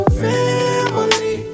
family